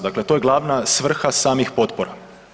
Dakle, to je glavna svrha samih potpora.